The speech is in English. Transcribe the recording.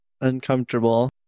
uncomfortable